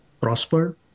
prospered